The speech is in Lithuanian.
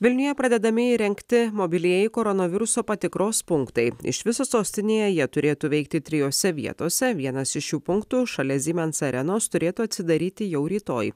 vilniuje pradedami įrengti mobilieji koronaviruso patikros punktai iš viso sostinėje jie turėtų veikti trijose vietose vienas šių punktų šalia siemens arenos turėtų atsidaryti jau rytoj